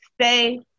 stay